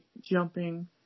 jumping